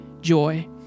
joy